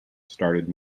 started